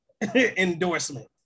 endorsement